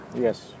Yes